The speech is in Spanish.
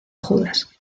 judas